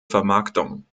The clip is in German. vermarktung